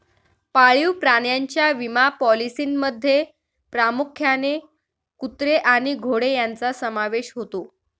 पाळीव प्राण्यांच्या विमा पॉलिसींमध्ये प्रामुख्याने कुत्रे आणि घोडे यांचा समावेश होतो